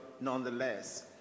nonetheless